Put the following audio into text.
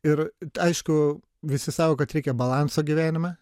ir aišku visi sako kad reikia balanso gyvenime